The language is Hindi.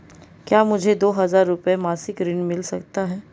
क्या मुझे दो हज़ार रुपये मासिक ऋण मिल सकता है?